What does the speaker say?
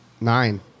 nine